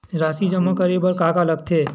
राशि जमा करे बर का का लगथे?